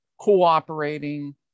cooperating